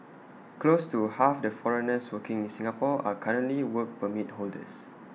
close to half the foreigners working in Singapore are currently Work Permit holders